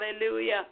hallelujah